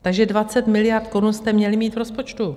Takže 20 miliard korun jste měli mít v rozpočtu.